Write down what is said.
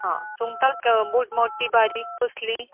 सुंगटां मोठीं बारीक कसलीं